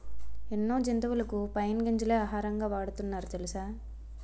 ఎన్నో జంతువులకు పైన్ గింజలే ఆహారంగా వాడుతున్నారు తెలుసా?